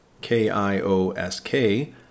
K-I-O-S-K